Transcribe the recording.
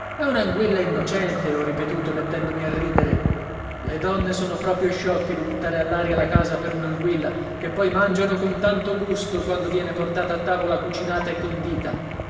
è un'anguilla innocente ho ripetuto mettendomi a ridere le donne sono proprio sciocche di buttare all'aria la casa per un'anguilla che poi mangiano con tanto gusto quando viene portata a tavola cucinata e condita